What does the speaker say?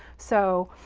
so